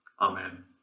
amen